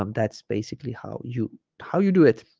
um that's basically how you how you do it